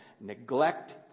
neglect